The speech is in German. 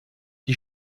die